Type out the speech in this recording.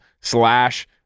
slash